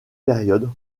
période